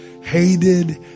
hated